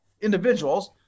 individuals